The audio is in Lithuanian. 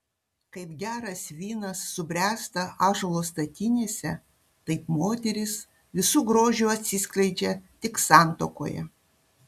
kaip geras vynas subręsta ąžuolo statinėse taip moteris visu grožiu atsiskleidžia tik santuokoje